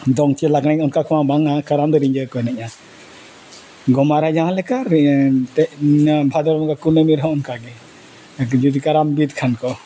ᱫᱚᱝ ᱪᱮ ᱞᱟᱜᱽᱬᱮ ᱚᱱᱠᱟ ᱠᱚᱢᱟ ᱵᱟᱝᱟ ᱠᱟᱨᱟᱢ ᱨᱮᱫᱚ ᱨᱤᱸᱡᱷᱟᱹ ᱜᱮᱠᱚ ᱮᱱᱮᱡᱼᱟ ᱜᱚᱢᱟ ᱨᱮ ᱡᱟᱦᱟᱸ ᱞᱮᱠᱟ ᱵᱷᱟᱫᱚᱨ ᱵᱚᱸᱜᱟ ᱠᱩᱱᱟᱹᱢᱤ ᱨᱮᱦᱚᱸ ᱚᱱᱠᱟᱜᱮ ᱡᱩᱫᱤ ᱠᱟᱨᱟᱢ ᱵᱤᱫ ᱠᱷᱟᱱ ᱠᱚ